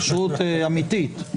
כשרות אמיתית.